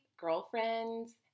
girlfriends